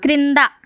క్రింద